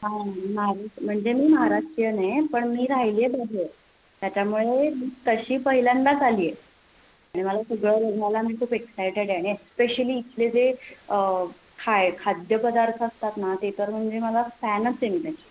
हां नाही म्हणजे मी महाराष्ट्रीयन आहे पण मी राहिली आहे बाहेर त्याच्यामुळे मी तशी पहिल्यांदाच आली आहे आणि मला सगळं बघायला मी खूप एक्सायटेड आहे आणि एस्पेशली इथले जे खाय खाद्यपदार्थ असतात ना ते तर म्हणजे मला फॅनच आहे मी त्याची